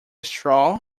stroll